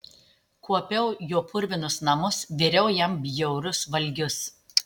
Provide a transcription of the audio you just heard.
kuopiau jo purvinus namus viriau jam bjaurius valgius